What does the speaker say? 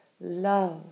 love